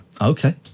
Okay